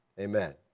Amen